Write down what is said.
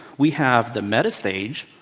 we have the meta stage,